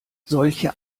solche